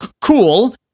cool